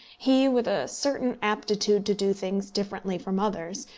he, with a certain aptitude to do things differently from others,